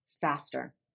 faster